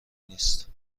نیست